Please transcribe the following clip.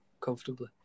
comfortably